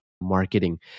marketing